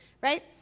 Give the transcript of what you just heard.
right